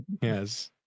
Yes